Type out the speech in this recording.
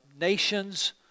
nations